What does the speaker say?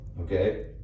Okay